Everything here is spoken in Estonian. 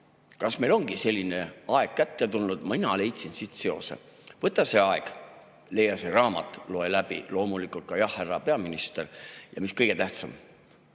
meil ongi selline aeg kätte tulnud? Mina leidsin siit seose. Võta see aeg, leia see raamat ja loe läbi. Loomulikult ka "Jah, härra peaminister". Ja mis kõige tähtsam: